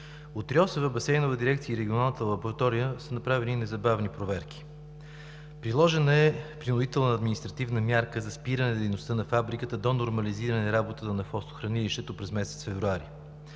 От РИОСВ, Басейнова дирекция и регионалната лаборатория са направени незабавни проверки. Приложена е принудителна административна мярка за спиране на дейността на фабриката до нормализиране работата на хвостохранилището през месец февруари.